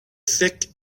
thick